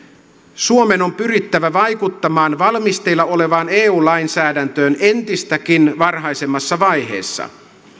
suomen on pyrittävä vaikuttamaan valmisteilla olevaan eu lainsäädäntöön entistäkin varhaisemmassa vaiheessa